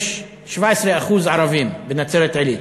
יש 17% ערבים בנצרת-עילית.